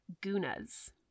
gunas